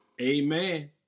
Amen